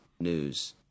news